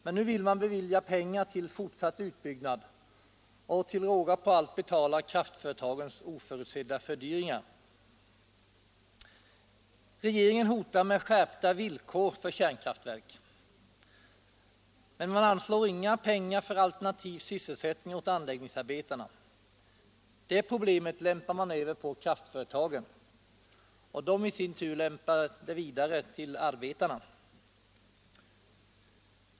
Men nu vill man bevilja pengar till fortsatt utbyggnad — och till råga på allt betala kraftföretagens oförutsedda fördyringar. Regeringen hotar med skärpta villkor för kärnkraftverk. Men man anslår inga pengar för alternativ sysselsättning åt anläggningsarbetarna. Det problemet lämpar man över på kraftföretagen — och de i sin tur lämpar det vidare på arbetarna.